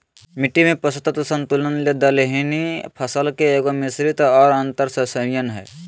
मिट्टी में पोषक तत्व संतुलन ले दलहनी फसल के एगो, मिश्रित और अन्तर्शस्ययन हइ